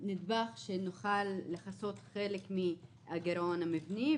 נדבך שנוכל לכסות חלק מהגירעון המבני,